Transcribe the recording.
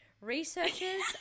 Researchers